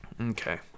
Okay